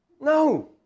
No